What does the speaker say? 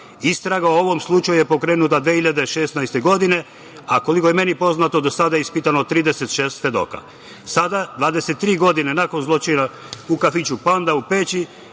Istraga o ovom slučaju je pokrenuta 2016. godine, a koliko je meni poznato do sada je ispitano 36 svedoka. Sada, 23 godine nakon zločina u kafiću „Panda“ u Peći